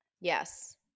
Yes